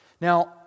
Now